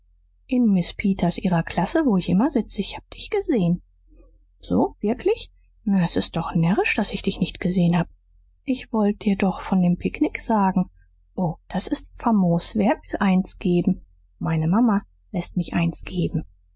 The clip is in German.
in miß peters ihrer klasse wo ich immer sitze ich hab dich gesehen so wirklich na s ist doch närrisch daß ich dich nicht gesehen hab ich wollt dir doch von dem picknick sagen o das ist famos wer will eins geben meine mama läßt mich eins geben